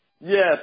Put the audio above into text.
Yes